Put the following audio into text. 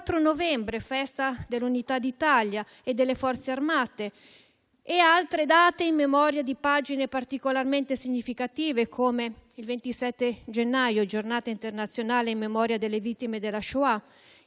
il 4 novembre, Festa dell'unità d'Italia e delle Forze armate e altre date in memoria di pagine particolarmente significative, come il 27 gennaio, Giornata internazionale in memoria delle vittime della Shoah,